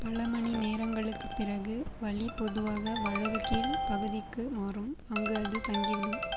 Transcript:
பல மணிநேரங்களுக்குப் பிறகு வலி பொதுவாக வலது கீழ் பகுதிக்கு மாறும் அங்கு அது தங்கிவிடும்